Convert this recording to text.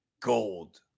gold